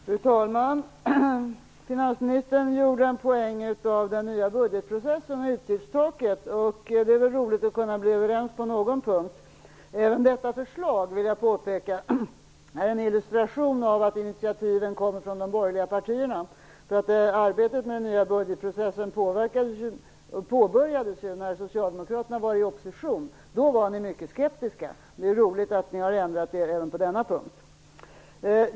Fru talman! Finansministern gjorde en poäng av den nya budgetprocessen och utgiftstaket. Det är väl roligt att kunna bli överens på någon punkt. Även detta förslag, vill jag påpeka, är en illustration av att initiativen kommer från de borgerliga partierna. Arbetet med den nya budgetprocessen påbörjades ju när socialdemokraterna var i opposition. Då var ni mycket skeptiska. Det är roligt att ni har ändrat er även på denna punkt.